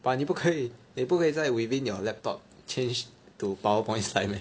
but 你不可以你不可以在 within your laptop change to powerpoint slide meh